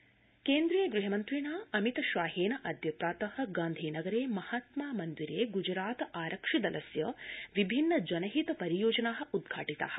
अमित शाह केन्द्रीय गृहमन्त्रिणा अमित शाहेनाद्य प्रात गांधीनगरे महात्मा मन्दिरे गुजरात आरक्षिदलस्य विभिन्न जनहित परियोजना उद्घाटिता